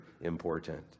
important